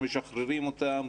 משחררים אותם,